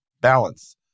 balance